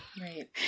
Right